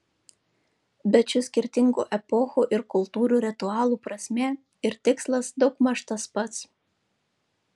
bet šių skirtingų epochų ir kultūrų ritualų prasmė ir tikslas daugmaž tas pats